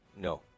no